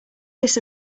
this